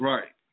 Right